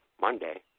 Monday